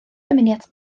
dymuniad